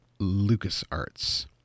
LucasArts